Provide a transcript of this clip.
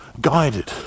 guided